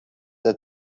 der